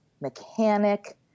mechanic